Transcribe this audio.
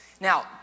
Now